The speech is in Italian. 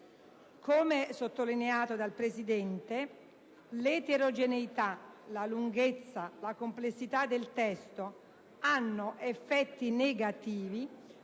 Come sottolineato dal Presidente, l'eterogeneità, la lunghezza e la complessità del testo hanno effetti negativi